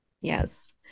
Yes